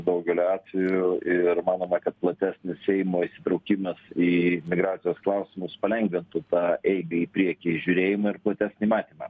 daugeliu atvejų ir manoma kad platesnis seimo įsitraukimas į migracijos klausimus palengvintų tą eigą į priekį žiūrėjimą ir platesnį matymą